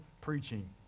preaching